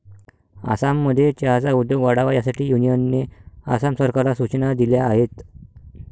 आसाममध्ये चहाचा उद्योग वाढावा यासाठी युनियनने आसाम सरकारला सूचना दिल्या आहेत